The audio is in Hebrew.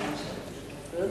תן